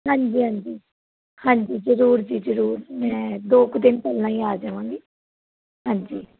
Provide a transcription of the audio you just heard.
ਹਾਂਜੀ ਹਾਂਜੀ ਹਾਂਜੀ ਜਰੂਰ ਜੀ ਜਰੂਰ ਮੈਂ ਦੋ ਕ ਦਿਨ ਪਹਿਲਾਂ ਈ ਆ ਜਾਵਾਂਗੀ ਹਾਂਜੀ